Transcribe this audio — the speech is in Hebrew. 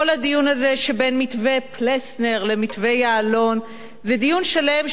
כל הדיון הזה שבין מתווה פלסנר למתווה יעלון זה דיון שלם,